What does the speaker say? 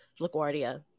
LaGuardia